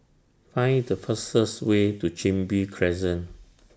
Find The fastest Way to Chin Bee Crescent